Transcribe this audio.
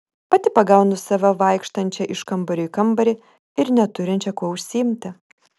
pati pagaunu save vaikštančią iš kambario į kambarį ir neturinčią kuo užsiimti